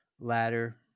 ladder